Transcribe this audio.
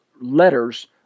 letters